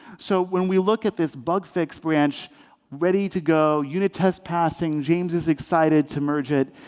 so when we look at this bug fix branch ready to go, unit test passing. james is excited to merge it.